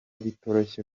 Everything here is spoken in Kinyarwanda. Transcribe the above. bitoroshye